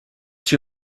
two